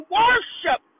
worship